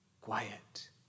quiet